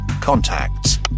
contacts